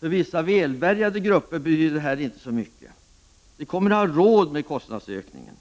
För vissa välbärgade grupper betyder detta inte så mycket. De kommer att ha råd med kostnadsökningen.